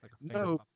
No